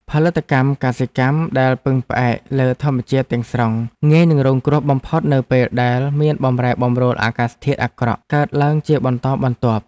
ផលិតកម្មកសិកម្មដែលពឹងផ្អែកលើធម្មជាតិទាំងស្រុងងាយនឹងរងគ្រោះបំផុតនៅពេលដែលមានបម្រែបម្រួលអាកាសធាតុអាក្រក់ កើតឡើងជាបន្តបន្ទាប់។